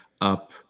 up